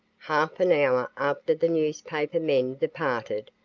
half an hour after the newspaper men departed,